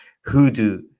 hoodoo